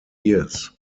years